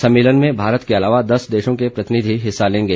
सम्मेलन में भारत के अलावा दस देशों के प्रतिनिधि हिस्सा लेंगे